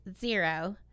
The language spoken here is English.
zero